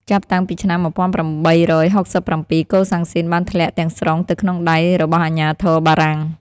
ចាប់តាំងពីឆ្នាំ ១៨៦៧ កូសាំងស៊ីនបានធ្លាក់ទាំងស្រុងទៅក្នុងដៃរបស់អាជ្ញាធរ បារាំង។